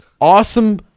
Awesome